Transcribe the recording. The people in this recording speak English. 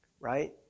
right